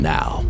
Now